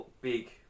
big